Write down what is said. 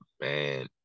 man